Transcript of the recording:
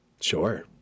Sure